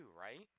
right